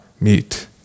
meet